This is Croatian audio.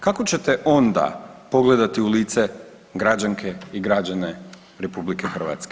Kako ćete onda pogledati u lice građanke i građane RH?